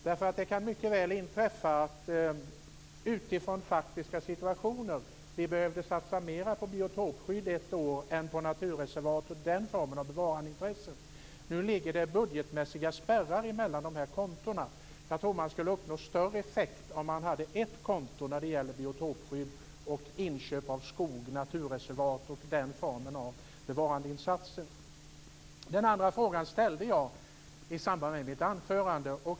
Det kan ju mycket väl inträffa att vi utifrån faktiska situationer behöver satsa mer på biotopskydd ett år än på naturreservat och den formen av bevarandeintressen. Nu ligger det budgetmässiga spärrar mellan kontona. Jag tror att större effekt skulle uppnås om man hade ett konto för biotopskydd, inköp av skog, naturreservat och den formen av bevarandeinsatser. Den andra frågan ställde jag i mitt anförande.